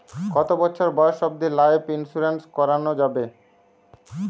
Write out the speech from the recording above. কতো বছর বয়স অব্দি লাইফ ইন্সুরেন্স করানো যাবে?